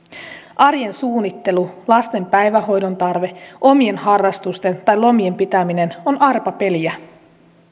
arjen suunnittelu lasten päivähoidon tarve omien harrastusten tai lomien pitäminen on arpapeliä